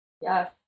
Yes